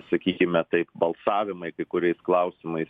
sakykime taip balsavimai kai kuriais klausimais